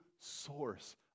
source